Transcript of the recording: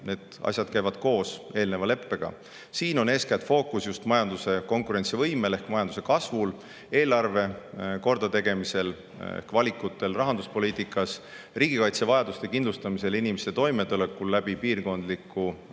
tuleb vaadata] koos eelneva leppega. Siin on fookus eeskätt just majanduse konkurentsivõimel ehk majanduskasvul, eelarve kordategemisel ehk valikutel rahanduspoliitikas, riigikaitsevajaduste kindlustamisel, inimeste toimetulekul piirkondliku